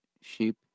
sheep